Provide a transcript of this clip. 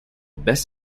best